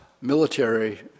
military